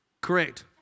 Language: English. correct